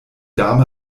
dame